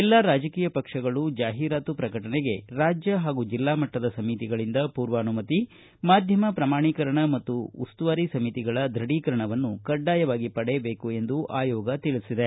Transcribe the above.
ಎಲ್ಲಾ ರಾಜಕೀಯ ಪಕ್ಷಗಳು ಜಾಹೀರಾತು ಪ್ರಕಟಣೆಗೆ ರಾಜ್ಯ ಹಾಗೂ ಜಿಲ್ಲಾಮಟ್ಲದ ಸಮಿತಿಗಳಿಂದ ಪೂರ್ವಾನುಮತಿ ಮಾಧ್ಯಮ ಶ್ರಮಾಣೀಕರಣ ಮತ್ತು ಉಸ್ತುವಾರಿ ಸಮಿತಿಗಳ ದೃಢೀಕರಣ ಕಡ್ವಾಯವಾಗಿ ಪಡೆಯಬೇಕು ಎಂದು ಆಯೋಗ ತಿಳಿಸಿದೆ